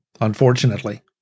unfortunately